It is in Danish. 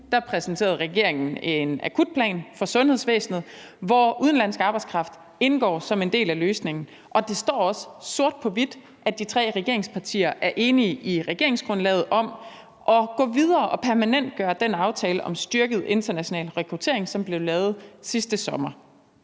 uge præsenterede regeringen en akutplan for sundhedsvæsenet, hvor udenlandsk arbejdskraft indgår som en del af løsningen, og det står også sort på hvidt, at de tre regeringspartier er enige i regeringsgrundlaget om at gå videre og permanentgøre den aftale om styrket international rekruttering, som blev lavet sidste sommer.